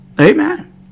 Amen